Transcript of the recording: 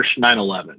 911